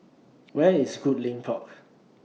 Where IS Goodlink Park